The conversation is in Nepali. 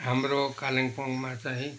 हाम्रो कालेम्पोङमा चाहिँ